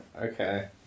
Okay